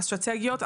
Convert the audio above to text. אסטרטגיות,